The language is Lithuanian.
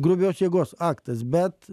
grubios jėgos aktas bet